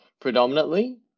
predominantly